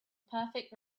perfect